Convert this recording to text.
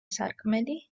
სარკმელი